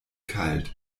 kalt